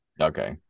Okay